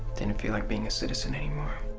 didn't feel like being a citizen any more.